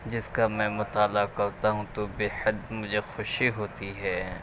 جس کا میں مطالعہ کرتا ہوں تو بےحد مجھے خوشی ہوتی ہے